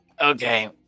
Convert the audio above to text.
okay